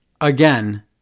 again